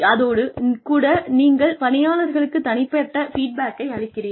அதோடு கூட நீங்கள் பணியாளர்களுக்கு தனிப்பட்ட ஃபீட்பேக்கை அளிக்கிறீர்கள்